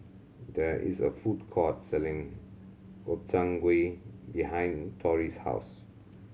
there is a food court selling Gobchang Gui behind Tori's house